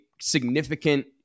significant